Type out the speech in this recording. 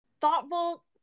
thoughtful